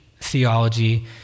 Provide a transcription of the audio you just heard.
theology